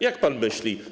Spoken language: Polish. Jak pan myśli?